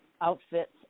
outfits